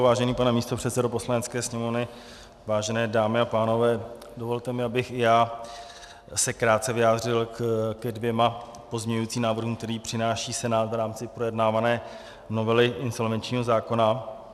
Vážený pane místopředsedo Poslanecké sněmovny, vážené dámy a pánové, dovolte mi, abych se i já krátce vyjádřil ke dvěma pozměňujícím návrhům, které přináší Senát v rámci projednávané novely insolvenčního zákona.